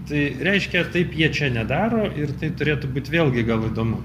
tai reiškia taip jie čia nedaro ir tai turėtų būt vėlgi gal įdomu